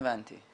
הבנתי.